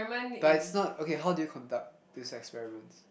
but it's not okay how do you conduct these experiments